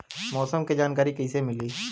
मौसम के जानकारी कैसे मिली?